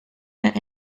met